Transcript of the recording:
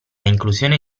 inclusione